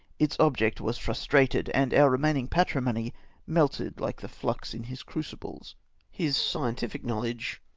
its object was frus trated, and our remaining patrimony melted like the flux in his crucibles his scientific knowledge,